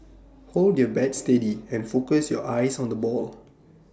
hold your bat steady and focus your eyes on the ball